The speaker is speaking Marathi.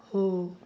हो